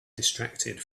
distracted